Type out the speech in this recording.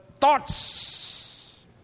Thoughts